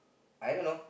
I don't know